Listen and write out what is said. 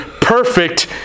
perfect